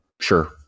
sure